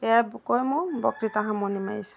এয়া কৈ মোৰ বক্তৃতা সামৰণি মাৰিছোঁ